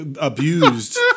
abused